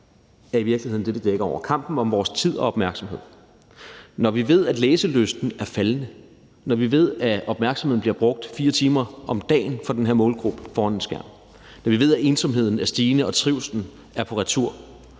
er i virkeligheden det, det dækker over, kampen om vores tid og opmærksomhed. Når vi ved, at læselysten er faldende, når vi ved, at opmærksomheden hos den her målgruppe bliver brugt 4 timer om dagen foran en skærm, når vi ved, at ensomheden er stigende, og at trivslen er på retur,